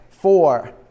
four